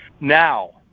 now